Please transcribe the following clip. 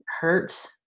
hurt